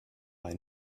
ein